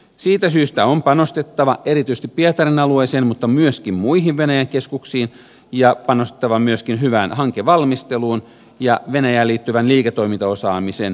siitä syystä on panostettava erityisesti pietarin alueeseen mutta myöskin muihin venäjän keskuksiin ja panostettava myöskin hyvään hankevalmisteluun ja venäjään liittyvän liiketoimintaosaamisen parantamiseen